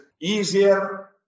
easier